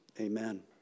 Amen